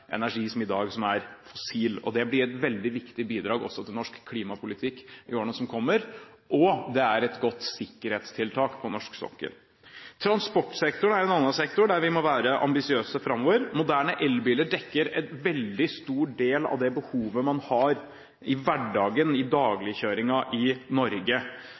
energi som i dag er fossil. Det blir et veldig viktig bidrag til norsk klimapolitikk i årene som kommer, og det er et godt sikkerhetstiltak på norsk sokkel. Transportsektoren er en annen sektor der vi må være ambisiøse framover. Moderne elbiler dekker en veldig stor del av det behovet man har i hverdagen i dagligkjøringen i Norge.